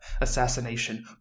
assassination